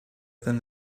than